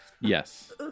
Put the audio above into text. Yes